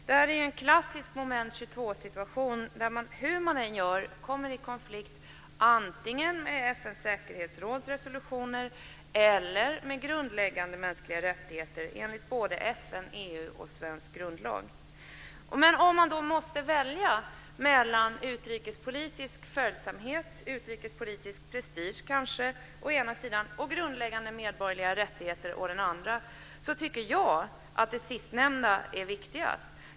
Det här är ju en klassisk moment 22-situation där man, hur man än gör, kommer i konflikt antingen med FN:s säkerhetsråds resolutioner eller med grundläggande mänskliga rättigheter enligt både FN, EU och svensk grundlag. Om man då måste välja mellan utrikespolitisk följsamhet och kanske utrikespolitisk prestige å ena sidan och grundläggande medborgerliga rättigheter å den andra sidan, så tycker jag att det sistnämnda är viktigast.